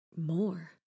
more